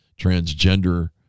transgender